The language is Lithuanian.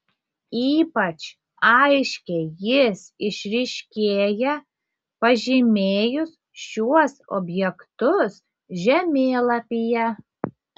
ypač aiškiai jis išryškėja pažymėjus šiuos objektus žemėlapyje